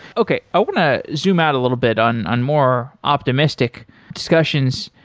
okay. i want to zoom out a little bit on on more optimistic discussions.